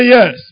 Yes